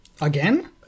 Again